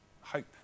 hope